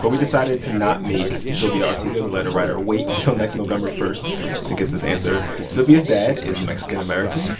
but we decided to not make sylvia arteaga, the letter-writer, wait until next november one to get this answer. sylvia's dad is mexican-american.